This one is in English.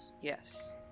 Yes